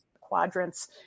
quadrants